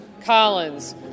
Collins